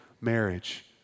marriage